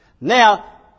Now